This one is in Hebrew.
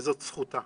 וזאת זכותה.